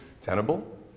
tenable